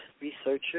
researchers